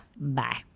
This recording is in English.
Bye